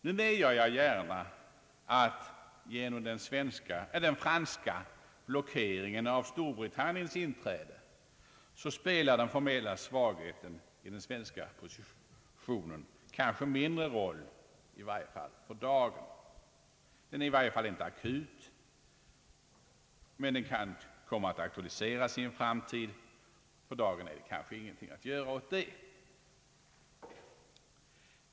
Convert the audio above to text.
Nu medger jag gärna att genom den franska blockeringen av Storbritanniens inträde spelar den formella svagheten i den svenska positionen kanske mindre roll för dagen; den är i varje fall inte akut men den kan komma att aktualiseras i en framtid. För dagen är det kanske ingenting att göra åt det.